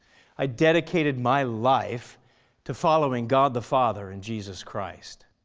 i dedicated my life to following god the father and jesus christ.